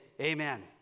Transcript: amen